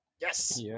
Yes